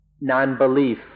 non-belief